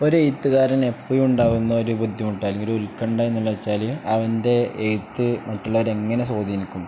ഒരു എഴുത്ത്ുകാരന് എപ്പും ഉണ്ടാവകുന്ന ഒരു ബുദ്ധിമുട്ട് അല്ലെങ്കിൽ ഒരു ഉൽക്കണ്ട എന്നുള്ള വെച്ചാല് അവൻ്റെ എഴുത്ത് മറ്റുള്ളവരെ എങ്ങനെ സ്വാധീനിക്കും